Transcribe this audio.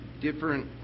different